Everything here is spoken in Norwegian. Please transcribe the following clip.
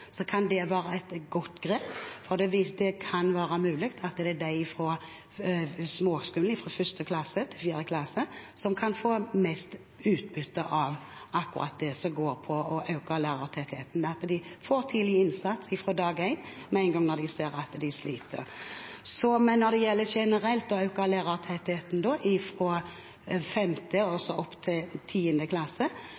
kan det være et godt grep. Det er mulig at de i småskolen, fra 1. til 4. klasse, har best utbytte av akkurat det som går på å øke lærertettheten – av tidlig innsats fra dag én, med en gang vi ser at de sliter. Når det gjelder generelt å øke lærertettheten fra 5. til 10. klasse, er jeg mer skeptisk til